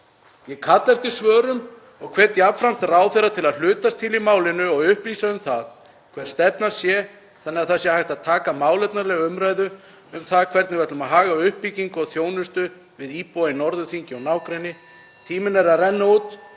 Ég kalla eftir svörum og hvet jafnframt ráðherra til að hlutast til í málinu og upplýsa um það hver stefnan sé þannig að hægt sé að taka málefnalega umræðu um það hvernig við ætlum að haga uppbyggingu og þjónustu við íbúa í Norðurþingi og nágrenni. Tíminn er að renna út.